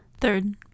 Third